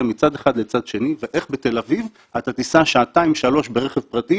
מצד אחד לצד שני ואיך בתל אביב אתה תיסע שעתיים-שלוש ברכב פרטי